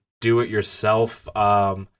do-it-yourself